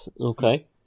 okay